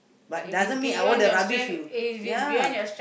but doesn't mean all the rubbish you ya